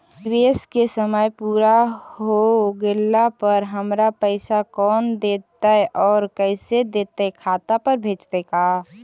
निवेश के समय पुरा हो गेला पर हमर पैसबा कोन देतै और कैसे देतै खाता पर भेजतै का?